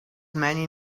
many